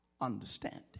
understanding